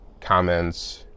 comments